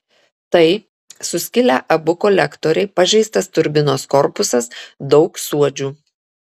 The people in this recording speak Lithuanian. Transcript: tai suskilę abu kolektoriai pažeistas turbinos korpusas daug suodžių